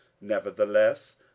Nevertheless